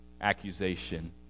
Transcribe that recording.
accusation